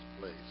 place